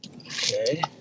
Okay